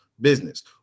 business